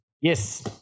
Yes